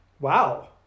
wow